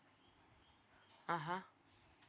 (uh huh)